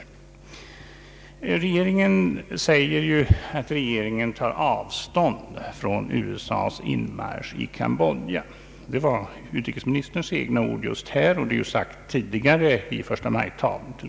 Regeringen säger att den tar avstånd från USA:s inmarsch i Cambodja — det var utrikesministerns egna ord här i kammaren, och det har ju sagts tidigare, t.ex. i förstamajtalen.